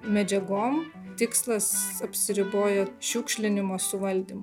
medžiagom tikslas apsiriboja šiukšlinimo suvaldymu